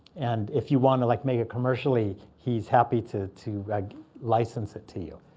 and if you want to like make it commercially, he's happy to to license it to you.